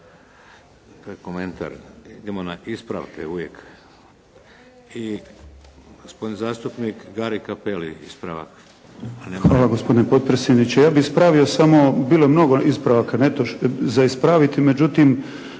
Hvala gospodine potpredsjedniče. Ja bih ispravio samo, bilo je mnogo ispravaka, za ispraviti međutim